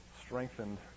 strengthened